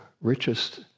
richest